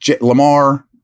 Lamar